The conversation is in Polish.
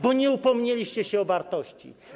Bo nie upomnieliście się o wartości.